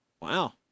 Wow